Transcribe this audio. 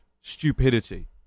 stupidity